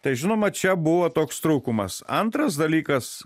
tai žinoma čia buvo toks trūkumas antras dalykas